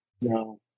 No